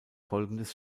folgendes